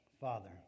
Father